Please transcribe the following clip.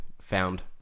found